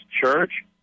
church